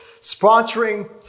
sponsoring